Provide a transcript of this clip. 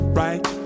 right